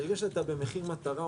ברגע שאתה מחיר מטרה,